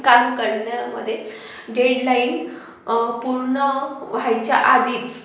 काम करण्यामध्ये डेडलाइन पूर्ण व्हायच्या आधीच